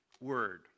word